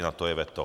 Na to je veto